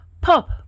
Pop